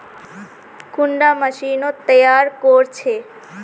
कुंडा मशीनोत तैयार कोर छै?